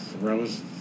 Rose